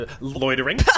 loitering